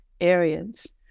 areas